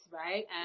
right